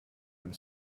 and